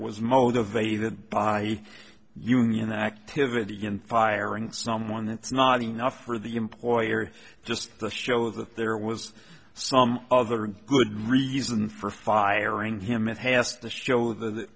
was motivated by union activity and firing someone that's not enough for the employer just to show that there was some other good reason for firing him it has to show that